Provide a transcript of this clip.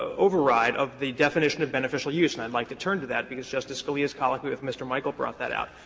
override of the definition of beneficial use and i would and like to turn to that because justice scalia's colloquy with mr. michael brought that out.